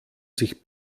sich